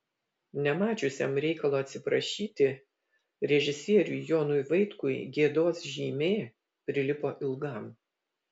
nemačiusiam reikalo atsiprašyti režisieriui jonui vaitkui gėdos žymė prilipo ilgam